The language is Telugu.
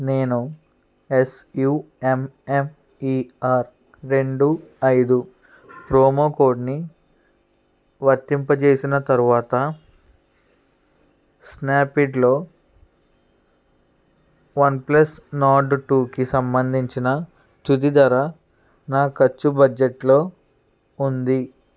నేను ఎస్యూఎంఎఫ్ఈఆర్ రెండు ఐదు ప్రోమో కోడ్ని వర్తింపజేసిన తరువాత స్నాప్డీల్లో వన్ప్లస్ నార్డ్ టూకి సంబంధించిన తుది ధర నా ఖర్చు బడ్జెట్లో ఉంది